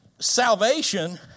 Salvation